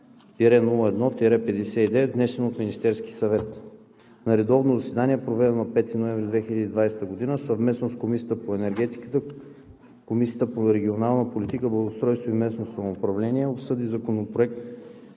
002-01-59, внесен от Министерския съвет. На ред на редовно заседание, проведено на 5 ноември 2020 г., съвместно с Комисията по енергетика, Комисията по регионална политика, благоустройство и местно самоуправление обсъди Законопроект